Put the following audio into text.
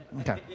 Okay